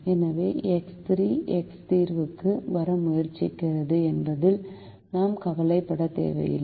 எனவே x 3 x தீர்வுக்கு வர முயற்சிக்கிறது என்பதில் நாம் கவலைப்பட தேவையில்லை